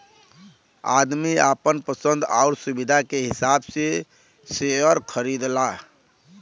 आदमी आपन पसन्द आउर सुविधा के हिसाब से सेअर खरीदला